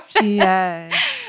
Yes